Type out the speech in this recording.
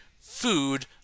food